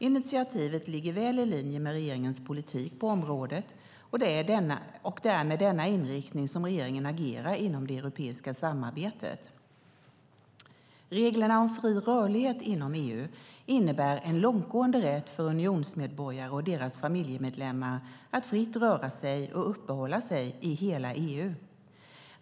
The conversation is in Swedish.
Initiativet ligger väl i linje med regeringens politik på området, och det är med denna inriktning som regeringen agerar inom det europeiska samarbetet. Reglerna om fri rörlighet inom EU innebär en långtgående rätt för unionsmedborgare och deras familjemedlemmar att fritt röra sig och uppehålla sig i hela EU.